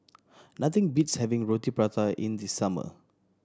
nothing beats having Roti Prata in the summer